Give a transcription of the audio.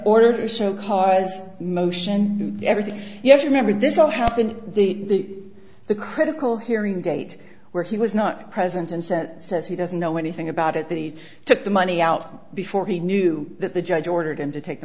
order to show cause motion everything yes remember this all happened the the critical hearing date where he was not present and said says he doesn't know anything about it that he took the money out before he knew that the judge ordered him to take the